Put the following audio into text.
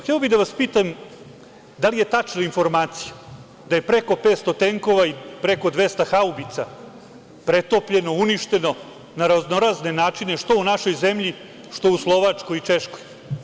Hteo bih da vas pitam da li je tačna informacija da je preko 500 tenkova i preko 200 haubica pretopljeno, uništeno na raznorazne načine, što u našoj zemlji, što u Slovačkoj i Češkoj?